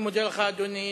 אני מודה לך, אדוני.